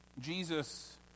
Jesus